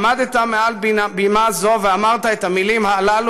עמדת מעל בימה זו ואמרת את המילים האלה,